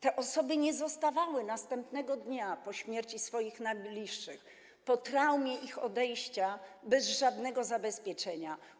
Te osoby nie zostawały następnego dnia po śmierci swoich najbliższych, po traumie związanej z ich odejściem, bez żadnego zabezpieczenia.